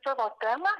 savo temą